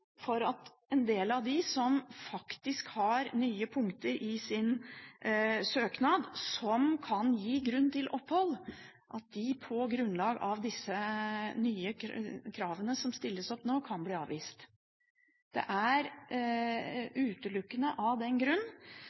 for at en del av dem som faktisk har nye punkter i sin søknad som kan gi grunnlag for opphold, på grunn av de nye kravene som stilles opp nå, kan bli avvist. Det er utelukkende av den grunn.